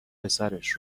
پسرش